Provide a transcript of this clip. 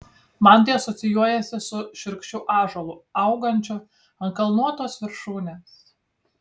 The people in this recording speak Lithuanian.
man tai asocijuojasi su šiurkščiu ąžuolu augančiu ant kalnuotos viršūnės